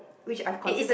which I considered